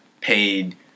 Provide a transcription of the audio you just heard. paid